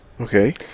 Okay